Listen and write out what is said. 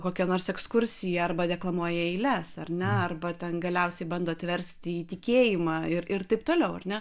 kokia nors ekskursija arba deklamuoja eiles ar ne arba ten galiausiai bando atversti į tikėjimą ir ir taip toliau ar ne